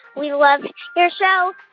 we love your show.